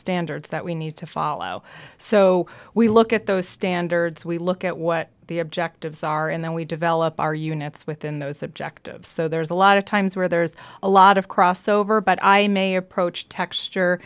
standards that we need to follow so we look at those standards we look at what the objectives are and then we develop our units within those objectives so there's a lot of times where there's a lot of crossover but i may approach texture